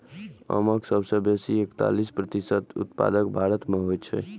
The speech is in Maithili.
आमक सबसं बेसी एकतालीस प्रतिशत उत्पादन भारत मे होइ छै